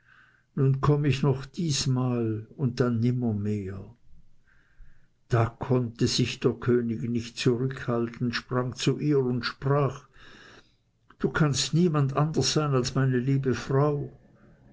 nun komm ich noch diesmal und dann nimmermehr da konnte sich der könig nicht zurückhalten sprang zu ihr und sprach du kannst niemand anders sein als meine liebe frau